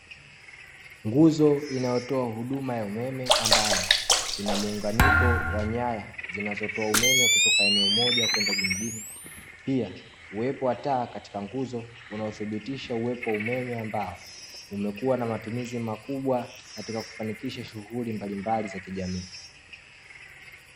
Nguzo inayotoa huduma ya umeme, ambayo ina muunganiko wa nyaya zinazotoa umeme kutoka eneo moja kwenda jingine, pia uwepo wa taa katika nguzo unaothibitisha uwepo wa umeme, ambao umekuwa na matumizi makubwa katika kufanikisha shughuli mbalimbali za kijamii.